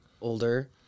older